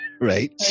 right